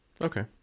okay